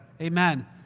Amen